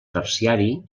terciari